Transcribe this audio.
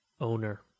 owner